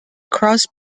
cross